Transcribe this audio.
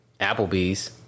Applebee's